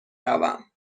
روم